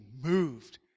moved